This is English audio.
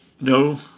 No